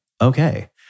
Okay